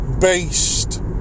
based